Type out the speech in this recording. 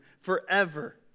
forever